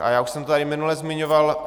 A já už jsem to tady minule zmiňoval.